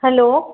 hello